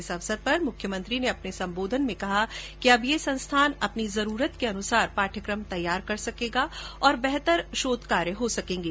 इस अवसर पर मुख्यमंत्री ने अपने संबोधन में कहा कि अब ये संस्थान अपनी जरूरत के अनुसार पाठयक्रम तैयार कर सकेगा और बेहतर शोध कार्य हो सकेंगे